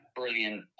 brilliant